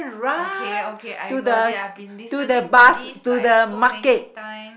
okay okay I got it I've been listening to this like so many time